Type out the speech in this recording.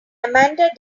amanda